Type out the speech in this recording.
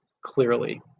clearly